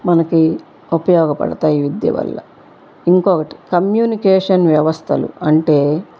మనకు ఉపయోగపడతాయి ఈ విద్య వల్ల ఇంకొకటి కమ్యూనికేషన్ వ్యవస్థలు అంటే